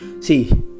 See